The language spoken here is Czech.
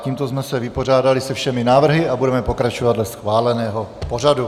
Tímto jsme se vypořádali se všemi návrhy a budeme pokračovat dle schváleného pořadu.